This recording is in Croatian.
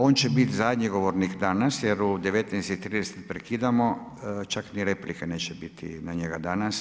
On će biti zadnji govornik danas jer u 19,30 prekidamo čak ni replike neće biti na njega danas.